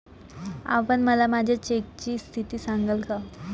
आपण मला माझ्या चेकची स्थिती सांगाल का?